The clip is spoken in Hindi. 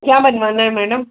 क्या बनवाना है मैडम